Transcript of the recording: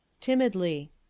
Timidly